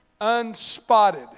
Unspotted